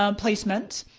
um placements.